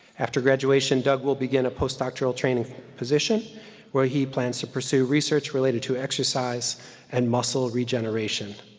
after graduation, doug will begin a postdoctoral training position where he plans to pursue research related to exercise and muscle regeneration.